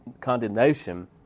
condemnation